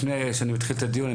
לפני שאני מתחיל את הדיון,